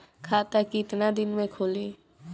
खाता कितना दिन में खुलि?